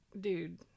dude